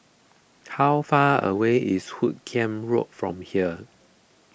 how far away is Hoot Kiam Road from here